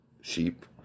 sheep